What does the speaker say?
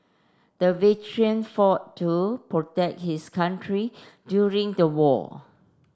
the veteran fought to protect his country during the war